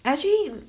actually